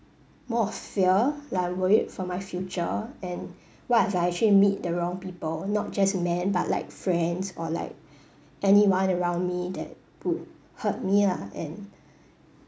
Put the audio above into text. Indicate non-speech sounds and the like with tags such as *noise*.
more of fear like worried for my future and *breath* what if I actually meet the wrong people not just man but like friends or like *breath* anyone around me that pu~ hurt me lah and *breath*